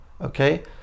Okay